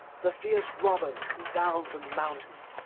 the fierce robbers come down from the mountains,